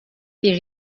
bir